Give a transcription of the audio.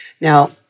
Now-